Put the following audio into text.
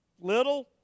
Little